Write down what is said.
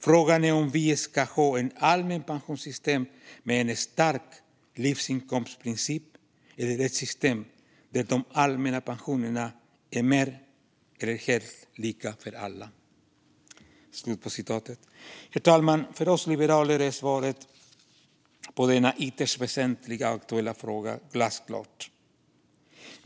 Frågan är om vi ska ha ett allmänt pensionssystem med en stark livsinkomstprincip eller ett system där de allmänna pensionerna är mer eller helt lika för alla?" Herr talman! För oss liberaler är svaret på denna ytterst väsentliga och aktuella fråga glasklart.